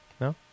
No